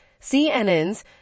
CNNs